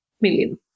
million